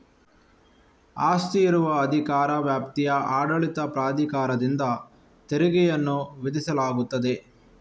ಆಸ್ತಿ ಇರುವ ಅಧಿಕಾರ ವ್ಯಾಪ್ತಿಯ ಆಡಳಿತ ಪ್ರಾಧಿಕಾರದಿಂದ ತೆರಿಗೆಯನ್ನು ವಿಧಿಸಲಾಗುತ್ತದೆ